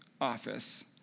office